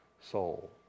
soul